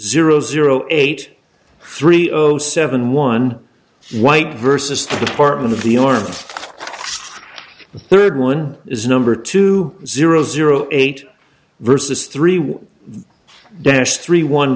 zero zero eight three zero seven one white versus the department of the army the third one is number two zero zero eight versus three one dash three one